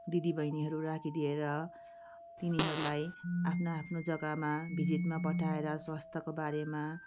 दिदी बहिनीहरू राखिदिएर तिनीहरूलाई आफ्नो आफ्नो जग्गामा भिजिटमा पठाएर स्वास्थ्यको बारेमा